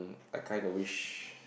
a kind of wish